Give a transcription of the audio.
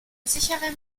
sicheren